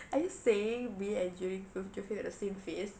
are you saying me and juri~ jufri have the same face